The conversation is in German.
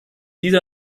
dieser